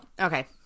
Okay